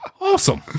Awesome